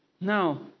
Now